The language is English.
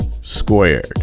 squared